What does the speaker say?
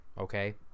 Okay